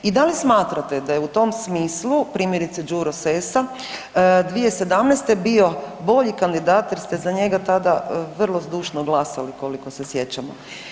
I dali smatrate da je u tom smislu, primjerice, Đuro Sessa 2017. bio bolji kandidat jer ste za njega tada vrlo zdušno glasali, koliko se sjećamo.